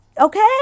okay